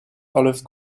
olive